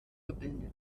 gebildet